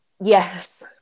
Yes